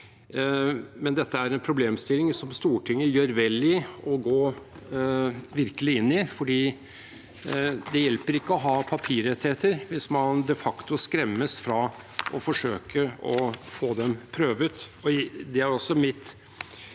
men dette er en problemstilling som Stortinget gjør vel i virkelig å gå inn i, for det hjelper ikke å ha papirrettigheter hvis man de facto skremmes fra å forsøke å få dem prøvet. Det er også mitt siste